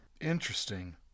Interesting